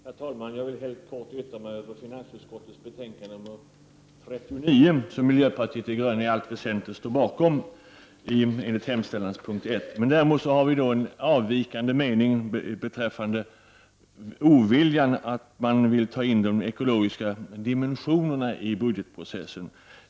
Herr talman! Jag vill helt kort yttra mig över finansutskottets betänkande nr 39, som miljöpartiet de gröna i allt väsentligt står bakom, enligt hemställans punkt 1. Vi har däremot en avvikande mening, och det gäller oviljan att ta in de ekologiska dimensionerna i budgetprocessen.